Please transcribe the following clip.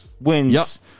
wins